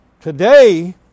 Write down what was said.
Today